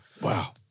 Wow